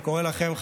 וקורא לכם,